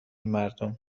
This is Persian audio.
مردم